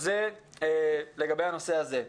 אז זה לגבי הנושא הזה.